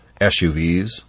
SUVs